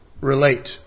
relate